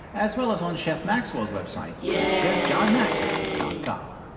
as well as on chef maxwell's website at chefjohnmaxwell com.